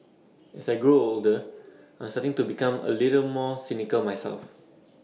as I grow older I'm starting to become A little bit more cynical myself